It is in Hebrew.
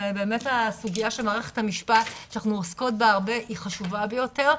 באמת הסוגייה של בית המשפט שאנחנו עוסקות בה ברבה היא חשובה ביותר,